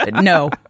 no